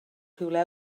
rhywle